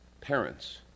parents